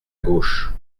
gauche